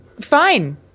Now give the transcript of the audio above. fine